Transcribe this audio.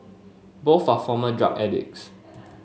both are former drug addicts